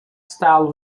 style